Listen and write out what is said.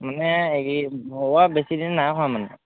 মানে হেৰি ভৰোৱা বেছিদিন নাই হোৱা মানে